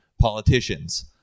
politicians